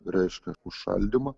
reiškia užšaldymą